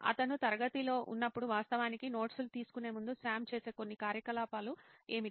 అతను తరగతిలో ఉన్నప్పుడు వాస్తవానికి నోట్స్ లు తీసుకునే ముందు సామ్ చేసే కొన్ని కార్యకలాపాలు ఏమిటి